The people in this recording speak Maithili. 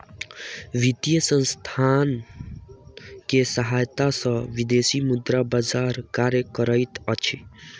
वित्तीय संसथान के सहायता सॅ विदेशी मुद्रा बजार कार्य करैत अछि